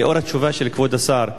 לאור התשובה של כבוד השר,